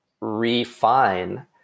refine